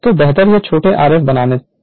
तो बेहतर यह छोटे Rf बनाते हैं